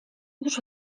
już